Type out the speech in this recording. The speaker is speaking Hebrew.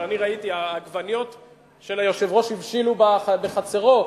אבל העגבניות של היושב-ראש הבשילו בחצרו,